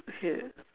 okay